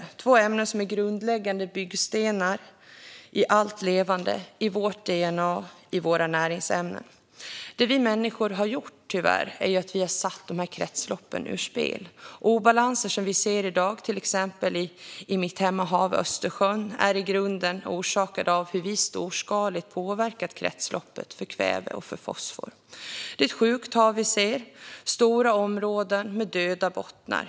Det är två ämnen som är grundläggande byggstenar i allt levande, i vårt DNA och i våra näringsämnen. Det vi människor tyvärr har gjort är att vi har satt dessa kretslopp ur spel. Obalanser som vi ser i dag, i till exempel i mitt hemmahav Östersjön, är i grunden orsakade av hur vi storskaligt har påverkat kretsloppet för kväve och för fosfor. Det är ett sjukt hav vi ser. Det finns stora områden med döda bottnar.